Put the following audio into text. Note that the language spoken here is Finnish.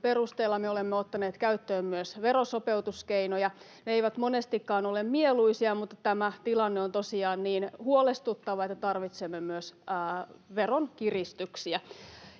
perusteella me olemme ottaneet käyttöön myös verosopeutuskeinoja. Ne eivät monestikaan ole mieluisia, mutta tämä tilanne on tosiaan niin huolestuttava, että tarvitsemme myös veronkiristyksiä,